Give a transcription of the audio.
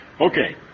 Okay